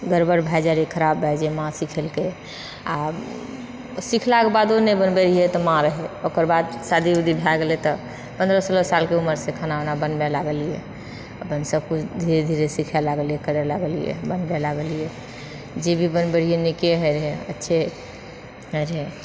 गड़बड़ भए जाए रहै खराब भए जाए माँ सीखेलकै आ सीखलाक बादो नहि बनबै रहिऐ तऽ माँ रहै ओकर बाद शादी उदी भए गेलै तऽ पन्द्रह सोलह साल कऽ उमरसँ खाना उना बनबे लागलिऐ अपन सबकिछु धीरे धीरे सीखऽ लागलिऐ करऽ लागलिऐ बनबे लागलिऐ जे भी बनबै रहिऐ नीके होइ रहए अच्छे होइ रहए